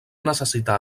necessitar